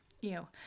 Ew